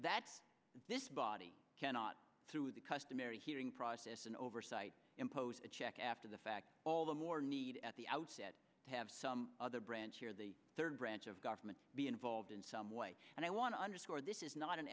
that this body cannot through the customary hearing process and oversight impose a check after the fact all the more need at the outset to have some other branch here the third branch of government be involved in some way and i want to underscore this is not an